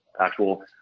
actual